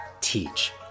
teach